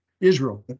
Israel